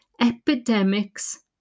epidemics